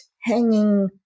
hanging